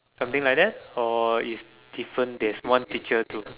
something like that or is different taste one teacher do